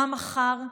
מה מחר?